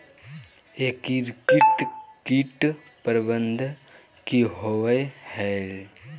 एकीकृत कीट प्रबंधन की होवय हैय?